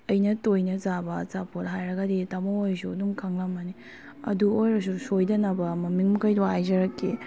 ꯑꯩꯅ ꯇꯣꯏꯅ ꯆꯥꯕ ꯑꯆꯥꯄꯣꯠ ꯍꯥꯏꯔꯒꯗꯤ ꯇꯃꯣ ꯍꯣꯏꯁꯨ ꯑꯗꯨꯝ ꯈꯪꯂꯝꯃꯅꯤ ꯑꯗꯨ ꯑꯣꯏꯔꯁꯨ ꯁꯣꯏꯗꯅꯕ ꯃꯃꯤꯡ ꯃꯈꯩꯗꯣ ꯍꯥꯏꯖꯔꯛꯀꯦ